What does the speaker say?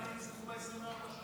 כמה אנשים נרצחו ב-24 שעות?